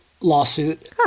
lawsuit